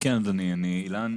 כן, אדוני, אני אילן.